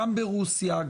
גם ברוסיה,